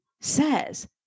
says